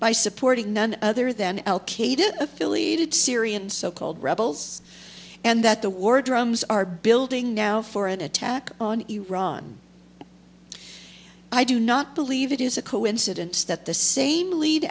by supporting none other than al qaeda affiliated syrian so called rebels and that the war drums are building now for an attack on iran i do not believe it is a coincidence that the same lead